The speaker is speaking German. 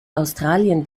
australien